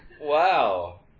Wow